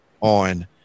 on